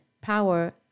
power